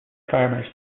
farmers